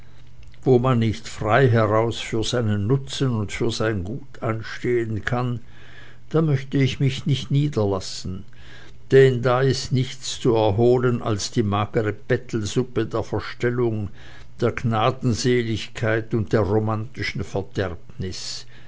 wo man nicht frei heraus für seinen nutzen und für sein gut einstehen kann da möchte ich mich nicht niederlassen denn da ist nichts zu erholen als die magere bettelsuppe der verstellung der gnadenseligkeit und der romantischen